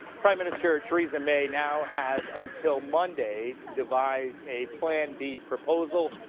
prime minister theresa may now has until monday to devise a plan b proposal,